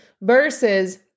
versus